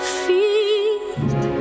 feet